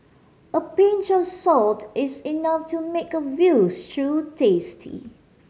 a pinch of salt is enough to make a veal stew tasty